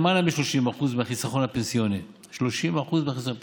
מ-30% מהחיסכון הפנסיוני 30% מהחיסכון הפנסיוני,